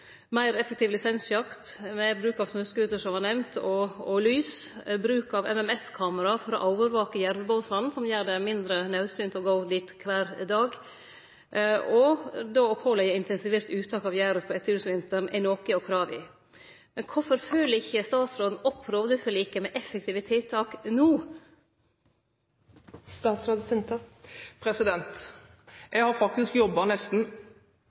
meir effektiv lisensjakt, meir bruk av snøskuter, som vart nemnt, og lys, bruk av MMS-kamera for å overvake jervbåsane, som gjer det mindre naudsynt å gå dit kvar dag, og å påleggje intensivert uttak av jerv på etterjulsvinteren er nokre av krava. Men kvifor fylgjer ikkje statsråden opp rovdyrforliket med effektive tiltak no? Jeg har faktisk jobbet nesten